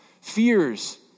fears